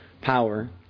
power